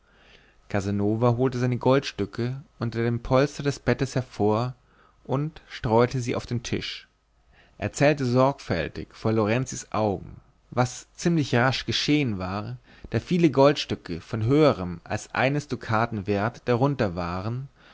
casanova holte seine goldstücke unter dem polster des bettes hervor und streute sie auf den tisch er zählte sorgfältig vor lorenzis augen was ziemlich rasch geschehen war da viele goldstücke von höherm als eines dukaten wert darunter waren